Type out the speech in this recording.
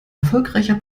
erfolgreicher